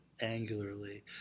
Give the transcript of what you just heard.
angularly